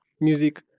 music